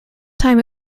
time